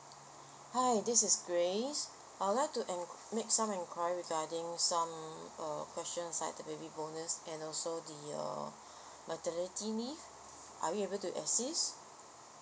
hi this is grace I would like to en~ make some enquiry regarding some uh question like the baby bonus and also the uh maternity leave are you able to assist